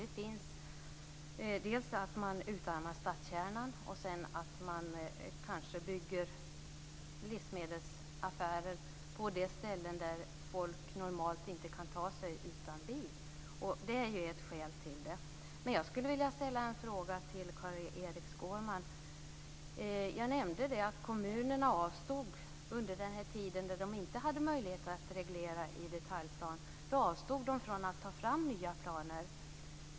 Det är t.ex. att man utarmar stadskärnan och bygger livsmedelsaffärer på ställen dit folk normalt inte kan ta sig utan bil. Det är ett skäl. Jag skulle vilja ställa en fråga till Carl-Erik Skårman. Jag nämnde att kommunerna under den tid då de inte hade möjlighet att reglera i detaljplan avstod från att ta fram nya planer.